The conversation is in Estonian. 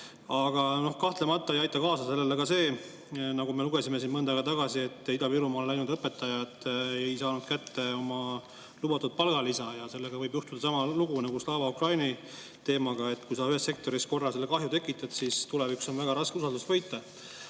Kahtlemata ei aita kaasa ka see, millest me lugesime mõnda aega tagasi, et Ida-Virumaale läinud õpetajad ei saanud kätte neile lubatud palgalisa. Sellega võib juhtuda sama lugu nagu Slava Ukraini teemaga, et kui sa ühes sektoris korra kahju tekitad, siis tulevikus on väga raske usaldust võita.